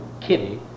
Kitty